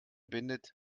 bindet